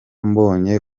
mbonye